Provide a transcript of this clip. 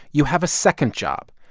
you have a second job.